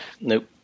Nope